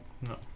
No